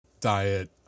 diet